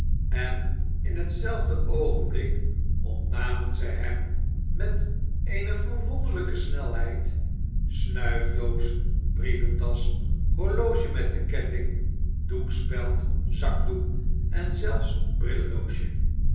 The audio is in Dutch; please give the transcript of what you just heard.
en in hetzelfde oogenblik ontnamen zij hem met eene verwonderlijke snelheid snuifdoos brieventasch horloge met den ketting doekspeld zakdoek en zelfs